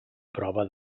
prova